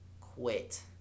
Quit